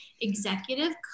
executive